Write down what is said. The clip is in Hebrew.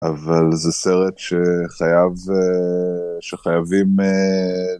אבל זה סרט שחייב, שחייבים...